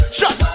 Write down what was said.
shut